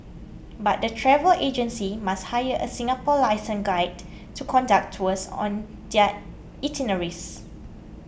but the travel agencies must hire a Singapore licensed guide to conduct tours on their itineraries